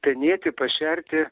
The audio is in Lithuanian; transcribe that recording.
penėti pašerti